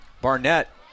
Barnett